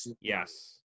Yes